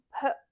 put